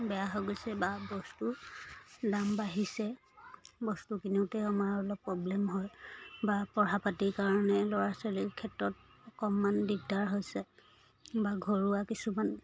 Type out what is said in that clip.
বেয়া হৈ গৈছে বা বস্তু দাম বাঢ়িছে বস্তু কিনোতে আমাৰ অলপ প্ৰব্লেম হয় বা পঢ়া পাতিৰ কাৰণে ল'ৰা ছোৱালীৰ ক্ষেত্ৰত অকণমান দিগদাৰ হৈছে বা ঘৰুৱা কিছুমান